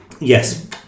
yes